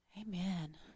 Amen